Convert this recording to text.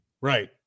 Right